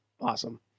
awesome